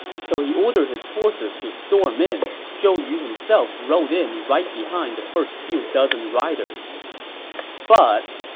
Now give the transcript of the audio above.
so he ordered his forces to storm in. zhou yu himself rode in right behind the first few dozen riders but,